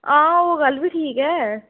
हां ओह् गल्ल बी ठीक ऐ